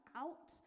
out